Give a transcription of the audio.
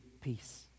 peace